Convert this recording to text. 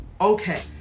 okay